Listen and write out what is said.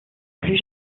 plus